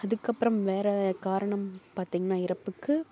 அதுக்கப்புறம் வேறு காரணம் பார்த்தீங்கனா இறப்புக்கு